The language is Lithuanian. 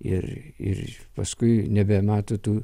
ir ir paskui nebemato tų